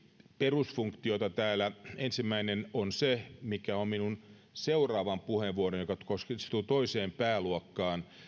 perusfunktiota täällä ensimmäinen on se mikä on minun seuraavan puheenvuoroni joka kohdistuu toiseen pääluokkaan